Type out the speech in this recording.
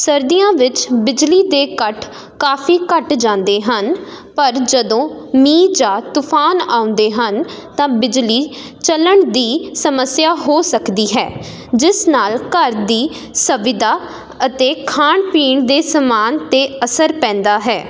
ਸਰਦੀਆਂ ਵਿੱਚ ਬਿਜਲੀ ਦੇ ਕੱਟ ਕਾਫੀ ਘੱਟ ਜਾਂਦੇ ਹਨ ਪਰ ਜਦੋਂ ਮੀਂਹ ਜਾਂ ਤੂਫਾਨ ਆਉਂਦੇ ਹਨ ਤਾਂ ਬਿਜਲੀ ਚੱਲਣ ਦੀ ਸਮੱਸਿਆ ਹੋ ਸਕਦੀ ਹੈ ਜਿਸ ਨਾਲ ਘਰ ਦੀ ਸੁਵਿਧਾ ਅਤੇ ਖਾਣ ਪੀਣ ਦੇ ਸਮਾਨ 'ਤੇ ਅਸਰ ਪੈਂਦਾ ਹੈ